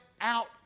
out